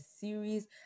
series